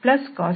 ಇದು drdt